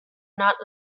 not